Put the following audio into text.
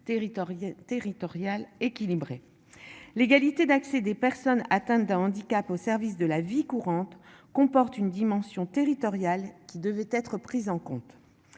territorial équilibré. L'égalité d'accès des personnes atteintes d'un handicap au service de la vie courante comporte une dimension territoriale qui devait être prises en compte.